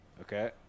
okay